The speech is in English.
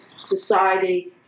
society